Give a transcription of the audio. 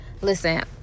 listen